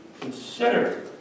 consider